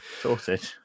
Sorted